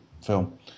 film